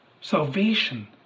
Salvation